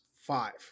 Five